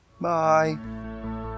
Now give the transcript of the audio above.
Bye